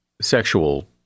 sexual